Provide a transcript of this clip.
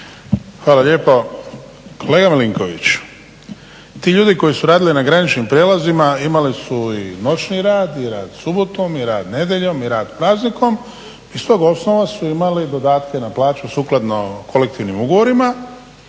Hvala lijepo. Kolega Milinković, ti ljudi koji su radili na graničnim prijelazima imali su i noćni rad i rad subotom, i rad nedjeljom, i rad praznikom i iz tog osnova su imali dodatke na plaču sukladno kolektivnim ugovorima.